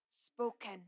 spoken